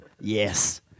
Yes